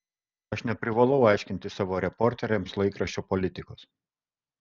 aš neprivalau aiškinti savo reporteriams laikraščio politikos